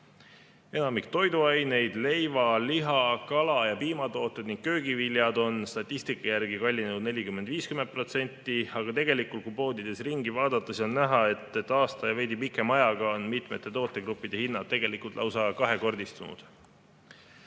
Enamik toiduaineid, leiva-, liha-, kala- ja piimatooted ning köögiviljad, on statistika järgi kallinenud 40–50%, aga kui poodides ringi vaadata, siis on näha, et aasta ja veidi pikema ajaga on mitmete tootegruppide hinnad tegelikult lausa kahekordistunud.